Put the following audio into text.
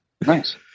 Nice